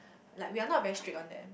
like we are not very strict on them